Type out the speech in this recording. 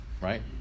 right